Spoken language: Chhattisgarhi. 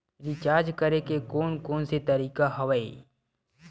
रिचार्ज करे के कोन कोन से तरीका हवय?